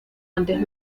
antes